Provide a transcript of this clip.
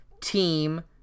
team